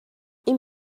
این